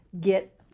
get